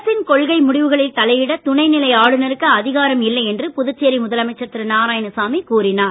அரசின் கொள்கை முடிவுகளில் தலையிட துணை நிலை ஆளுநருக்கு அதிகாரம் இல்லை என்று புதுச்சேரி முதலமைச்சர் திரு நாராயணசாமி கூறினார்